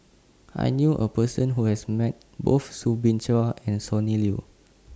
I knew A Person Who has Met Both Soo Bin Chua and Sonny Liew